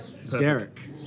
Derek